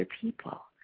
people